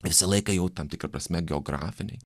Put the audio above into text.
visą laiką jau tam tikra prasme geografiniai